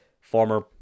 former